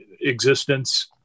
existence